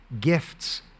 gifts